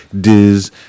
Diz